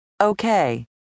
okay